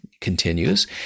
continues